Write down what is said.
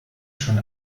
schon